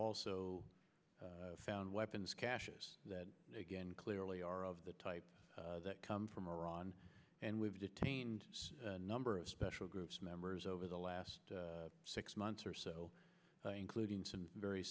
also found weapons caches that again clearly are of the type that come from iran and we've detained a number of special groups members over the last six months or so including some very